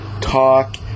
talk